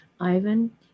Ivan